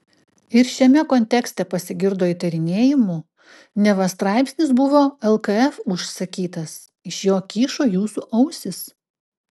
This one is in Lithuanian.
ir šiame kontekste pasigirdo įtarinėjimų neva straipsnis buvo lkf užsakytas iš jo kyšo jūsų ausys